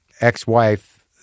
ex-wife